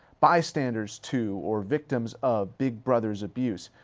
bystanders to or victims of big brother's abuse,